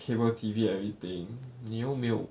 cable T_V everything 你又没有